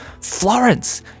Florence